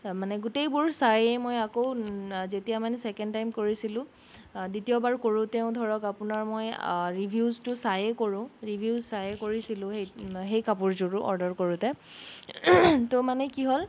তাৰ মানে গোটেইবোৰ চায়েই মই আকৌ যেতিয়া মানে ছেকেণ্ড টাইম কৰিছিলোঁ দ্বিতীয়বাৰ কৰোঁতেও ধৰক আপোনাৰ মই ৰিভিউজটো চায়েই কৰোঁ ৰিভিউজ চাই কৰিছিলোঁ সেই সেই কাপোৰযোৰো অৰ্ডাৰ কৰোঁতে ত' মানে কি হ'ল